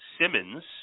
Simmons